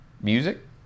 Music